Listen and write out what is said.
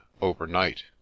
overnight